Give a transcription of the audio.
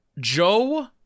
Joe